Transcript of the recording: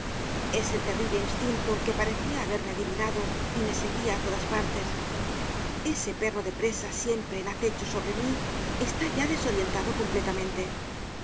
ese terrible instinto que parecia haberme adivinado y me seguia á todas partes ese perro de presa siempre en acecho sobre mí está ya desorientado completamente